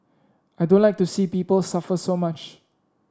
I don't like to see people suffer so much